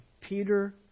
Peter